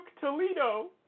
Toledo